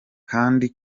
kandi